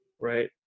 right